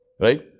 Right